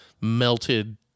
melted